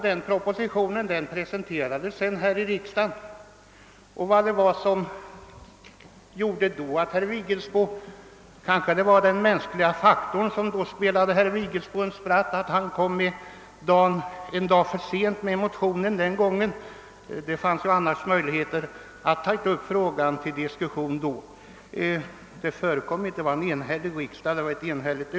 När propositionen sedan presenterades här i riksdagen, kom herr Vigelsbo — jag vet inte vad det berodde på men kanske var det den mänskliga faktorn som spelade herr Vigelsbo ett spratt — en dag för sent med sin motion. Då hade det annars funnits tillfälle att ta upp frågan till diskussion, men det förekom inte — utskottsutlåtandet var enhälligt liksom även riksdagsbeslutet.